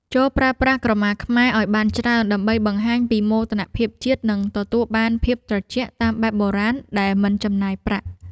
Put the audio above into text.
ចូរប្រើប្រាស់ក្រមាខ្មែរឱ្យបានច្រើនដើម្បីបង្ហាញពីមោទនភាពជាតិនិងទទួលបានភាពត្រជាក់តាមបែបបុរាណដែលមិនចំណាយប្រាក់។